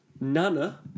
Nana